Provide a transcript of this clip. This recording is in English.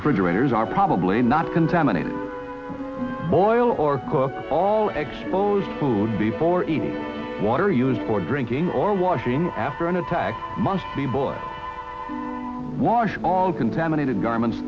refrigerators are probably not contaminated soil or cooked all exposed food before water used for drinking or washing after an attack must be boiled washed all contaminated garments